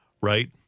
Right